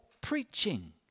preaching